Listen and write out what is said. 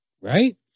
Right